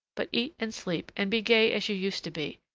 but eat and sleep, and be gay as you used to be.